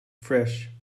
fresh